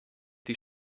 die